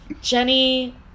Jenny